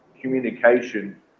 communication